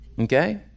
Okay